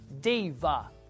diva